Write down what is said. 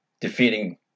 Defeating